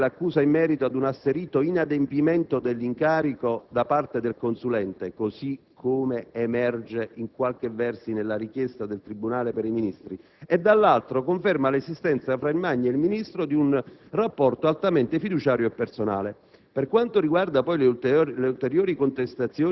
la nota, da un lato, consente di confutare l'accusa in merito ad un asserito inadempimento dell'incarico da parte del consulente (così come emerge in qualche verso nella richiesta del tribunale per i Ministri) e, dall'altro, conferma l'esistenza fra il Magni e il Ministro di un rapporto altamente fiduciario e personale.